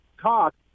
talk